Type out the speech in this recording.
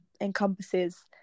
encompasses